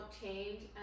change